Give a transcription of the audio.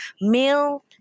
male